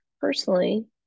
personally